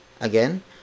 Again